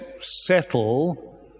settle